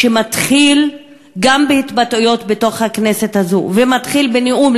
שמתחיל גם בהתבטאויות בתוך הכנסת הזאת ומתחיל בנאום,